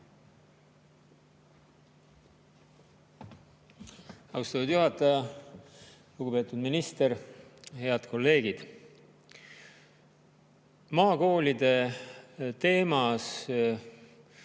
Austatud juhataja! Lugupeetud minister! Head kolleegid! Maakoolide teemas